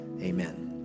Amen